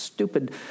stupid